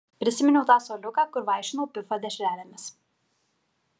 prisiminiau tą suoliuką kur vaišinau pifą dešrelėmis